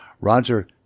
Roger